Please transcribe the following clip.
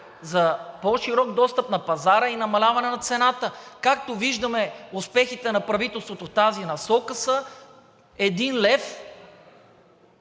за по-широк достъп на пазара и намаляване на цената. Както виждаме, успехите на правителството в тази насока са един лев